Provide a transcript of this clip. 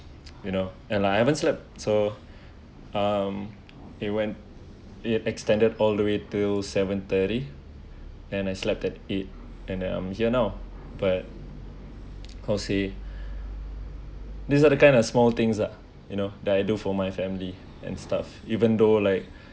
you know and I haven't slept so um it when it extended all the way till seven-thirty and I slept at eight and then I'm here now but how to say these are the kind of small things uh you know that I do for my family and stuff even though like